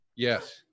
yes